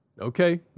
okay